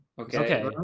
Okay